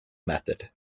method